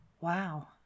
Wow